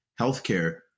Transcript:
healthcare